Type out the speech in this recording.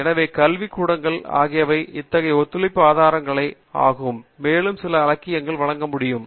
எனவே கல்விக் கூடங்கள் ஆகியவை அத்தகைய ஒத்துழைப்பு ஆதார ஆதாரங்கள் ஆகும் மேலும் சில இலக்கியங்களை வழங்க முடியும்